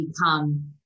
become